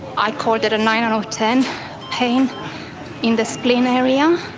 i called it a nine out of ten pain in the spleen area.